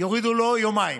יורידו לו יומיים.